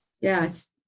yes